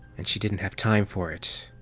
and she didn't have time for it.